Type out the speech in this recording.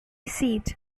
seat